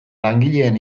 langileen